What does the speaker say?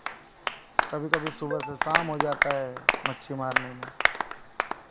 कभी कभी सुबह से शाम हो जाता है मच्छी मारने में